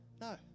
No